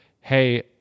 hey